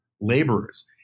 laborers